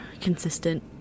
consistent